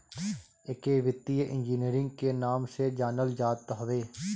एके वित्तीय इंजीनियरिंग के नाम से जानल जात हवे